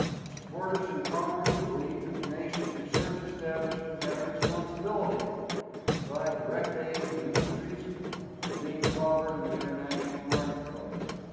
its supporters in congress believed that the nation's research establishment had a responsibility to provide direct aid to industries that were being clobbered in the international marketplace.